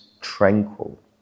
tranquil